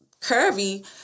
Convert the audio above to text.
curvy